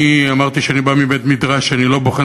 אני אמרתי שאני בא מבית-מדרש שלפי דרכו אני לא בוחן